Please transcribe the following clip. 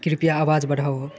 कृपया आवाज़ बढ़ाओ